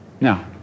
Now